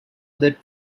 other